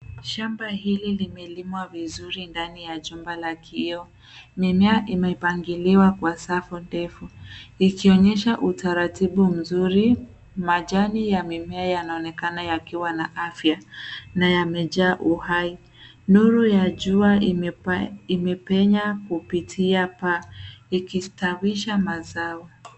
Shamba hili limelimwa vizuri ndani ya jumba la kioo. Mimea imepangiliwa kwa safu ndefu ikionyesha utaratibu mzuri. Majani yamemea yanaonekana yakiwa na afya na yamejaa uhai. Nuru ya jua imepenya kupitia paa likistawisha mazao.